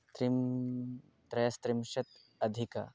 त्रिं त्रयस्त्रिंशत् अधिक